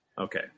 Okay